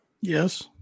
Yes